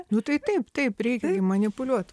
nu tai taip taip reikia gi manipuliuot